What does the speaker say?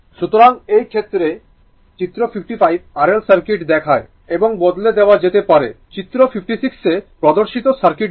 সুতরাং এই ক্ষেত্রে চিত্র 55 R L সার্কিট দেখায় এবং বদলে দেয়া যেতে পারে চিত্র 56 এ প্রদর্শিত সার্কিট দিয়ে